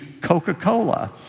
Coca-Cola